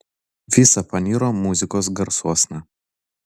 visa paniro muzikos garsuosna